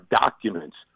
documents